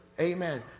Amen